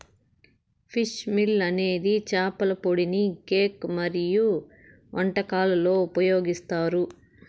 fish meal అనేది చేపల పొడిని కేక్ మరియు వంటలలో ఉపయోగిస్తారు